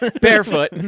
barefoot